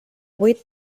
vuit